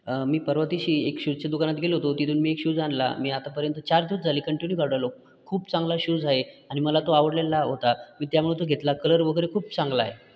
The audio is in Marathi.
मी परवा दिवशी एक शूजच्या दुकानात गेलो होतो तिथून मी एक शूज आणला मी आतापर्यंत चार दिवस झाले कंटिन्यू घालून राहिलो खूप चांगला शूज आहे आणि मला तो आवडलेला होता मी त्यामुळे तो घेतला कलर वगैरे खूप चांगला आहे